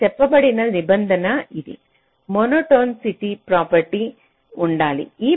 ఇక్కడ చెప్పబడిన నిబంధన ఇది మోనోటోనిసిటీ ప్రాపర్టీ ఉండాలి